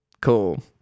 Cool